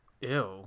Ew